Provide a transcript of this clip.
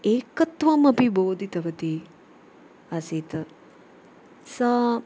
एकत्त्वमपि बोधितवती आसीत् सा